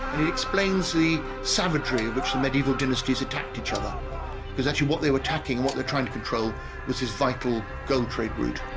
explains the savagery but medieval dynasties attacked each other because actually what they were attacking what they're trying to control was his vital go trade route